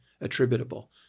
attributable